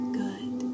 good